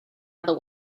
other